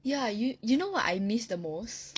ya you you know what I miss the most